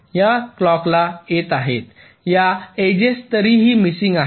या क्लॉकला येत आहेत या अजेस तरीही मिसिंग आहेत